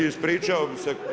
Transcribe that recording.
Ispričao bi se.